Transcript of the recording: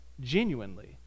genuinely